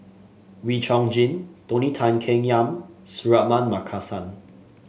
Wee Chong Jin Tony Tan Keng Yam Suratman Markasan